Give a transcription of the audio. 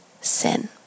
sin